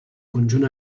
conjunt